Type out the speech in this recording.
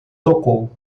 tocou